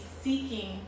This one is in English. seeking